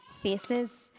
faces